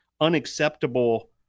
unacceptable